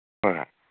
ꯍꯣꯏ ꯍꯣꯏ